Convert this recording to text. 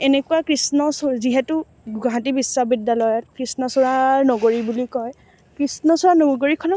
এনেকুৱা কৃষ্ণচূড়া যিহেতু গুৱাহাটী বিশ্ববিদ্যালয়ক কৃষ্ণচূড়াৰ নগৰী বুলি কয় কৃষ্ণচূড়া নগৰীখনক